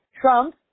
Trump